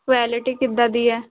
quality ਕਿੱਦਾਂ ਦੀ ਹੈ